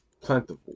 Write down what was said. plentiful